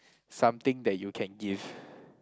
something that you can give